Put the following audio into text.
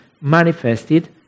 manifested